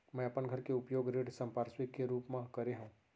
मै अपन घर के उपयोग ऋण संपार्श्विक के रूप मा करे हव